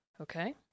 okay